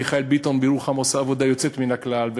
מיכאל ביטון בירוחם עושה עבודה יוצאת מן הכלל,